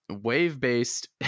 wave-based